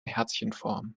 herzchenform